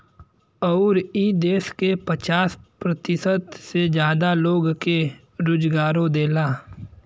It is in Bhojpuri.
अउर ई देस के पचास प्रतिशत से जादा लोग के रोजगारो देला